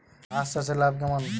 হাঁস চাষে লাভ কেমন?